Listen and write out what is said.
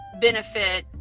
benefit